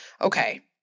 okay